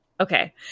Okay